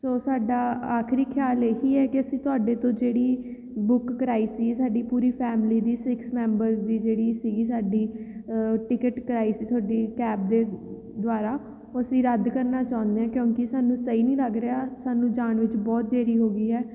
ਸੋ ਸਾਡਾ ਆਖਰੀ ਖਿਆਲ ਇਹ ਹੀ ਹੈ ਕਿ ਅਸੀਂ ਤੁਹਾਡੇ ਤੋਂ ਜਿਹੜੀ ਬੁੱਕ ਕਰਵਾਈ ਸੀ ਸਾਡੀ ਪੂਰੀ ਫੈਮਿਲੀ ਦੀ ਸਿਕਸ ਮੈਂਬਰਸ ਦੀ ਜਿਹੜੀ ਸੀਗੀ ਸਾਡੀ ਟਿਕਟ ਕਰਵਾਈ ਸੀ ਤੁਹਾਡੀ ਕੈਬ ਦੇ ਦੁਆਰਾ ਉਹ ਅਸੀਂ ਰੱਦ ਕਰਨਾ ਚਾਹੁੰਦੇ ਹਾਂ ਕਿਉਂਕਿ ਸਾਨੂੰ ਸਹੀ ਨਹੀਂ ਲੱਗ ਰਿਹਾ ਸਾਨੂੰ ਜਾਣ ਵਿੱਚ ਬਹੁਤ ਦੇਰੀ ਹੋ ਗਈ ਹੈ